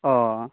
ᱚ